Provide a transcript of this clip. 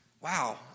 Wow